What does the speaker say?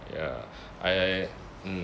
ya I mm